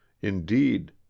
Indeed